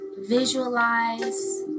Visualize